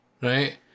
right